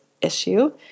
issue